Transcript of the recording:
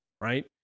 right